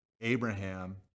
abraham